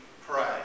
pray